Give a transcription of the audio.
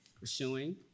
pursuing